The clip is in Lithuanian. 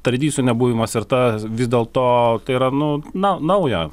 tradicijų nebuvimas ir ta dėl to yra nu na nauja